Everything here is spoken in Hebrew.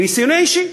מניסיוני האישי.